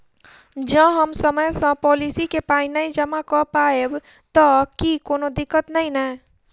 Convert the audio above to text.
जँ हम समय सअ पोलिसी केँ पाई नै जमा कऽ पायब तऽ की कोनो दिक्कत नै नै?